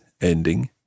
ending